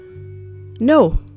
No